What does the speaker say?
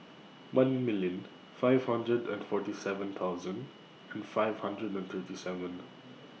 one million five hundred and forty seven thousand and five hundred and thirty seven